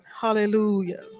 Hallelujah